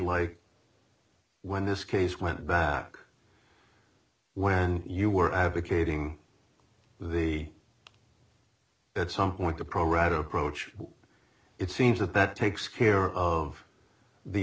like when this case went back when you were advocating the at some point the pro rata approach it seems that that takes care of the